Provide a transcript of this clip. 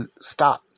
stop